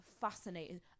fascinating